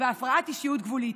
והפרעת אישיות גבולית.